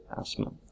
asthma